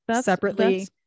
separately